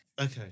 Okay